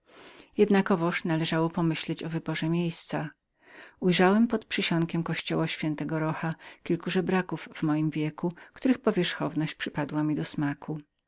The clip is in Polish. jednakowoż należało pomyśleć o wyborze miejsca ujrzałem pod przysionkiem kościoła świętego rocha kilku łotrów mego wieku których powierzchowność przypadła mi do smaku